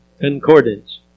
concordance